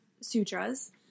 sutras